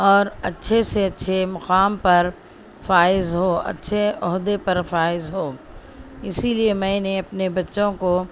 اور اچھے سے اچھے مقام پر فائز ہو اچھے عہدہ پر فائز ہو اسی لیے میں نے اپنے بچوں کو